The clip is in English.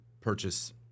purchase